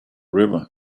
river